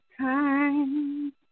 time